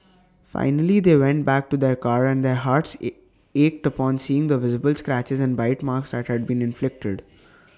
finally they went back to their car and their hearts ate ached upon seeing the visible scratches and bite marks that had been inflicted